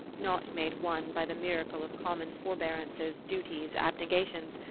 not made one by the miracle of common forbearances, duties, abnegations,